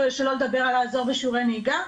שלא לדבר על לעזור בשיעורי נהיגה.